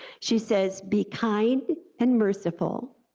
she says, be kind and merciful,